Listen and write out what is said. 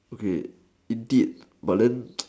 okay indeed but then